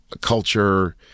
culture